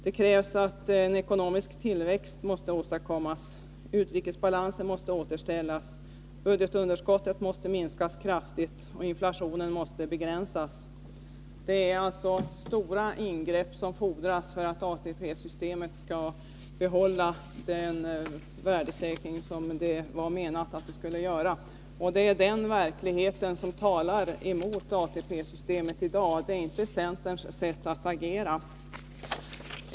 Det krävs att man åstadkommer en ekonomisk tillväxt, utrikesbalansen måste återställas, budgetunderskottet måste minskas kraftigt och inflationen måste begränsas. Det är alltså stora ingrepp som fordras för att ATP-systemet skall behålla den värdesäkring som det var menat att det skulle göra. Det är den verkligheten som talar emot ATP-systemet i dag. Det är inte centerns sätt att agera.